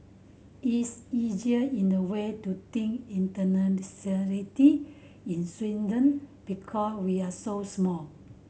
it's easier in a way to think inter nationality in Sweden because we're so small